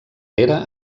era